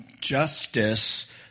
justice